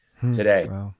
today